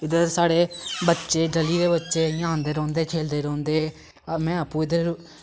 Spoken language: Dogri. इद्धर साढ़े बच्चे गली दे बच्चे इ'यां आंदे रौंह्दे खेलदे रौंह्दे में आपूं इद्धर